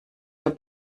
für